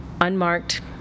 unmarked